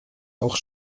auch